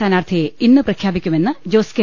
സ്ഥാനാർഥിയെ ഇന്ന് പ്രഖ്യാപിക്കുമെന്ന് ജോസ് കെ